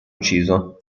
ucciso